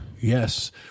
yes